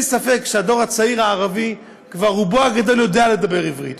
אין לי ספק שהדור הערבי הצעיר כבר רובו הגדול יודע לדבר עברית,